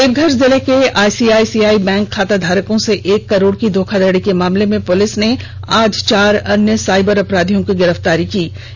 देवघर जिले के ICICI bank खाताधारकों से एक करोड़ की धोखाधड़ी के मामले में पुलिस ने आज चार अन्य साइबर अपराधियों की गिरफ तारी की है